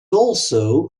also